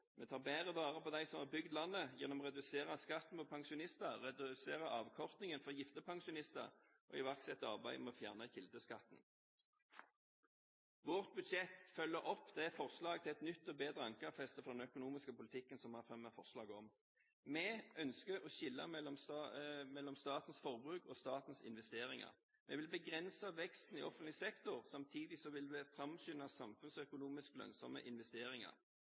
Vi tar bedre vare på dem som har bygd landet gjennom å redusere skatten for pensjonister, redusere avkortningen for gifte pensjonister og iverksette arbeidet med å fjerne kildeskatten. Vårt budsjett følger opp det forslaget til et nytt og bedre ankerfeste for den økonomiske politikken som vi har fremmet. Vi ønsker å skille mellom statens forbruk og statens investeringer. Vi vil begrense veksten i offentlig sektor. Samtidig vil vi framskynde samfunnsøkonomisk lønnsomme investeringer.